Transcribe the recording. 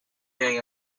during